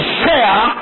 share